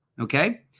okay